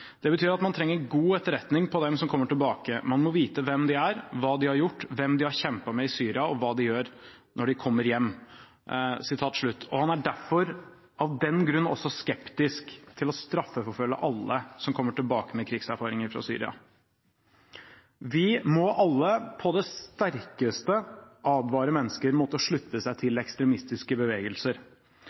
Det betyr at man trenger god etterretning på dem som kommer tilbake. Man må vite hvem de er, hva de har gjort, hvem de har kjempet med i Syria og hva de gjør når de kommer hjem.» Han er derfor av den grunn også skeptisk til å straffeforfølge alle som kommer tilbake med krigserfaringer fra Syria. Vi må alle på det sterkeste advare mennesker mot å slutte seg til ekstremistiske bevegelser.